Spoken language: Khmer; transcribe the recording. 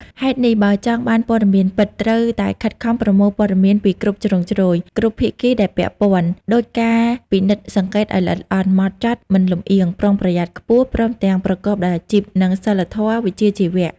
ហេតុនេះ បើចង់បានព័ត៌មានពិត ត្រូវតែខិតខំប្រមូលព័ត៌មានពីគ្រប់ជ្រុងជ្រោយ គ្រប់ភាគីដែលពាក់ព័ន្ធ ដោយការពិនិត្យសង្កេតឱ្យល្អិតល្អន់ ហ្មត់ចត់ មិនលម្អៀង ប្រុងប្រយ័ត្នខ្ពស់ ព្រមទាំងប្រកបដោយអាជីព និងសីលធម៌វិជ្ជាជីវៈ។